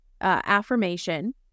affirmation